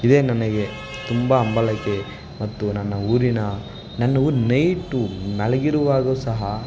ಇದೇ ನನಗೆ ತುಂಬ ಹಂಬಲಕೆ ಮತ್ತು ನನ್ನ ಊರಿನ ನನ್ನೂ ನೈಟು ಮಲಗಿರುವಾಗೂ ಸಹ